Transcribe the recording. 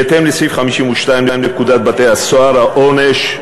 בהתאם לסעיף 52 לפקודת בתי-הסוהר, העונש,